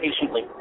patiently